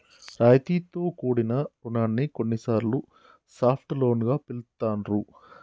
రాయితీతో కూడిన రుణాన్ని కొన్నిసార్లు సాఫ్ట్ లోన్ గా పిలుత్తాండ్రు